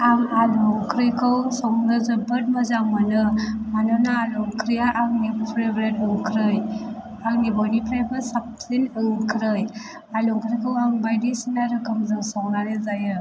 आं आलु ओंख्रिखौ संनो जोबोद मोजां मोनो मानोना आलु ओंख्रिया आंनि फेब्रेत ओंख्रि आंनि बयनिफ्रायबो साबसिन ओंख्रि आलु ओंख्रिखौ आं बायदिसिना रोखोमजों संनानै जायो